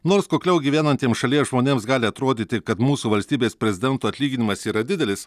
nors kukliau gyvenantiems šalies žmonėms gali atrodyti kad mūsų valstybės prezidento atlyginimas yra didelis